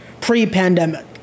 pre-pandemic